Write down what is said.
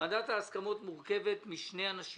ועדת ההסכמות מורכבת משני אנשים: